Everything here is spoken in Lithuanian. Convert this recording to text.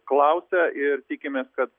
klausia ir tikimės kad